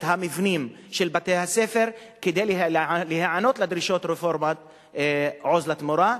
את המבנים של בתי-הספר כדי להיענות לדרישות רפורמת "עוז לתמורה",